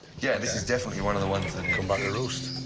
yeah, this is definitely one of the ones i did. come back to roost.